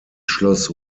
schloss